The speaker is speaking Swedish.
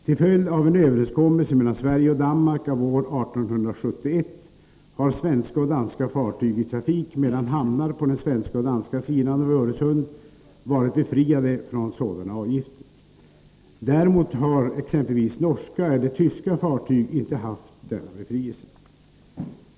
Till följd av en överenskommelse mellan Sverige och Danmark av år 1871 har svenska och danska fartyg i trafik mellan hamnar på den svenska och danska sidan av Öresund varit befriade från sådana avgifter. Däremot har t.ex. norska eller tyska fartyg inte haft denna befrielse.